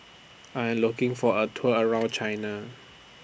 I Am looking For A Tour around China